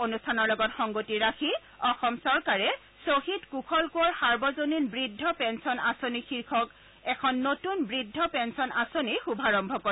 অনুষ্ঠানৰ লগত সংগতি ৰাখি অসম চৰকাৰে শ্বহীদ কুশল কোঁৱৰ সাৰ্বজনীন বৃদ্ধ পেঞ্চন আঁচনি শীৰ্যক এখন নতুন বৃদ্ধ পেঞ্চন আঁচনিৰো শুভাৰম্ভ কৰে